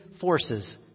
forces